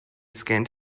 scant